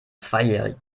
zweijährigen